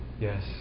Yes